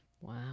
wow